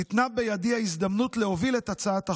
ניתנה בידי ההזדמנות להוביל את הצעת החוק,